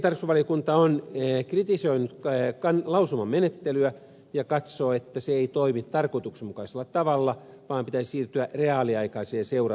tarkastusvaliokunta on myöskin kritisoinut lausumamenettelyä ja katsoo että se ei toimi tarkoituksenmukaisella tavalla vaan pitäisi siirtyä reaaliaikaiseen seurantajärjestelmään